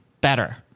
better